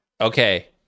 okay